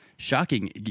Shocking